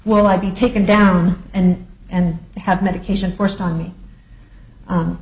well i'd be taken down and and have medication forced on me